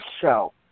show